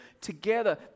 together